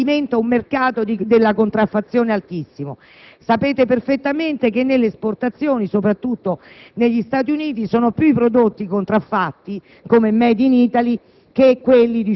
si alimenti un vasto mercato della contraffazione. Sapete perfettamente che nelle esportazioni (soprattutto negli Stati Uniti) sono più i prodotti contraffatti come *made in Italy*